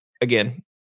again